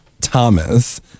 Thomas